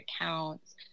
accounts